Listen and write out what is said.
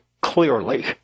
clearly